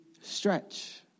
stretch